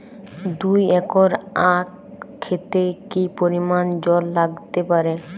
দুই একর আক ক্ষেতে কি পরিমান জল লাগতে পারে?